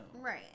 Right